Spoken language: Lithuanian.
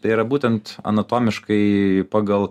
tai yra būtent anatomiškai pagal